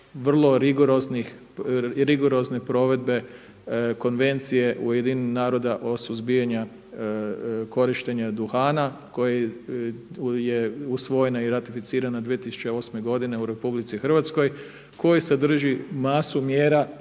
vrlo rigorozne provedbe Konvencije UN-a o suzbijanju korištenja duhana koja je usvojena i ratificirana 2008. godine u RH, koji sadrži masu mjera